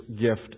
gift